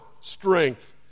strength